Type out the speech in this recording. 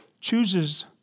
chooses